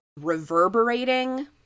reverberating